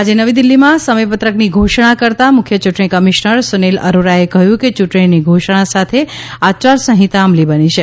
આજે નવી દિલ્હીમાં સમય પત્રકની ઘોષણા કરતાં મુખ્ય ચૂંટણી કમિશનર સુનિલ અરોરાએ કહ્યું કે ચૂંટણીની ઘોષણા સાથે આચાર સંહિતા અમલી બની છે